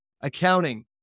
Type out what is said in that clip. accounting